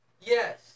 Yes